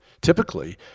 typically